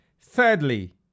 Thirdly